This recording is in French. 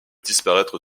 disparaître